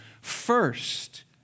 first